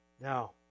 Now